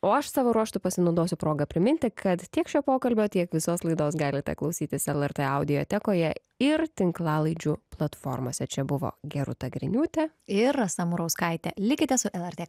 o aš savo ruožtu pasinaudosiu proga priminti kad tiek šio pokalbio tiek visos laidos galite klausytis lrt audiotekoje ir tinklalaidžių platformose čia buvo gerūta griniūtė ir rasa murauskaitė likite su lrt